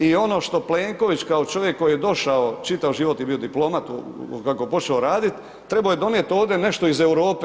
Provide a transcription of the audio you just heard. I ono što Plenković kao čovjek koji je došao, čitav život je bio diplomat od kako je počeo raditi, treba je donijeti ovdje nešto iz Europe.